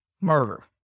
murder